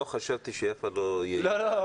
לא חשבתי שיפה לא יעילה --- לא,